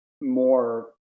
more